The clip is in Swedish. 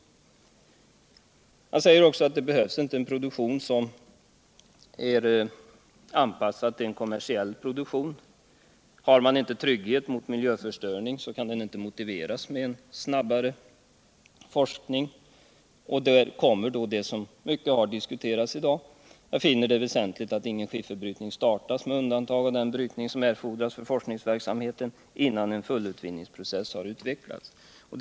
Industiriministern säger också au det inte krävs att produktionen är anpassad till en kommersiell utvinning. Om man inte kan motverka miljöförstöring kan brytningen inte motiveras med snabbare forskning. ITär kommer mycket av det som har diskuterats i dag in i bilden. Jag finner det väsentligt att någon skifferbrytning inte startas med undantag av den brytning som erfordras för den rena forsknings och utvecklingsverksamheten förrän en fullutvinningsprocess har hunnit utvecklas.